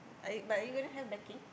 I but are you gonna have backing